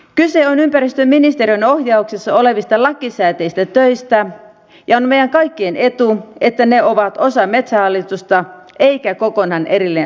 kyse on ympäristöministeriön ohjauksessa olevista lakisääteisistä töistä ja on meidän kaikkien etu että ne ovat osa metsähallitusta eivätkä kokonaan erillinen organisaatio